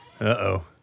Uh-oh